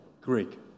Greek